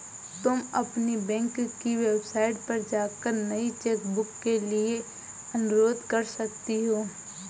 तुम अपनी बैंक की वेबसाइट पर जाकर नई चेकबुक के लिए अनुरोध कर सकती हो